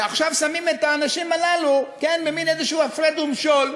ועכשיו שמים את האנשים הללו במין איזה הפרד ומשול,